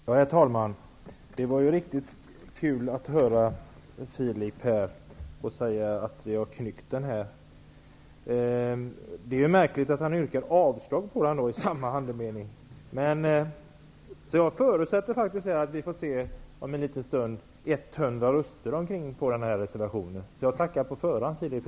Herr talman! Det var riktigt kul att höra Filip Fridolfsson säga att vi har knyckt det här förslaget. Det är märkligt att han i samma andetag yrkar avslag på det. Jag förutsätter faktiskt att vi om en liten stund får se omkring 100 röster på den här reservationen. Jag tackar på förhand, Filip